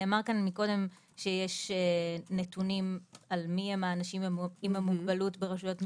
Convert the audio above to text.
נאמר כאן קודם שיש נתונים מי הם האנשים עם המוגבלות ברשויות המקומיות,